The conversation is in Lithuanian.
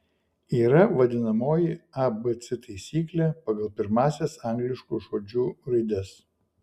yra vadinamoji abc taisyklė pagal pirmąsias angliškų žodžių raides